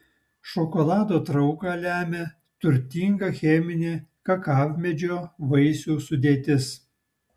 šokolado trauką lemia turtinga cheminė kakavmedžio vaisių sudėtis